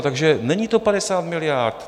Takže není to 50 miliard.